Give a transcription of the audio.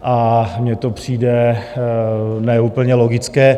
A mně to přijde ne úplně logické.